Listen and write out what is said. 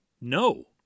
no